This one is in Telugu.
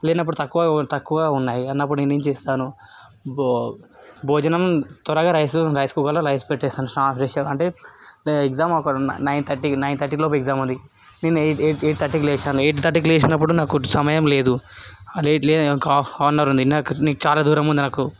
లేనప్పుడు తక్కువ తక్కువగా ఉన్నాయి అన్నప్పుడు నేను ఏం చేస్తాను భోజనం త్వరగా రైస్ రైస్ కుక్కర్లో రైస్ పెట్టేస్తాను స్నానం ఫ్రెష్ అంటే ఎగ్జామ్ ఒక నైన్ థర్టీకి నైన్ థర్టీ లోపు ఎగ్జామ్ ఉంది నేను ఎయిట్ ఎయిట్ థర్టీకి లేచాను ఎయిట్ థర్టీకి లేచినప్పుడు నాకు సమయం లేదు నాకు నాకు చాలా దూరం ఉంది నాకు